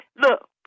Look